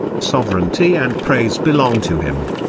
sovereignty and praise belong to him.